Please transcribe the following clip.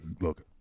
look